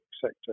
sector